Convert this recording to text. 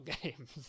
.games